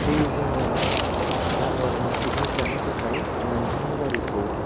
बे जों जानुवारिनि पिकनिक जानो थाखाय नोंथांनि गारिखौ